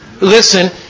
Listen